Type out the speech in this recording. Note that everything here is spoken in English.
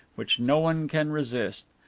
which no one can resist.